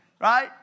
Right